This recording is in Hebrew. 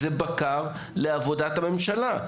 זה בקר לעבודת הממשלה.